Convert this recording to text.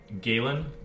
Galen